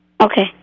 Okay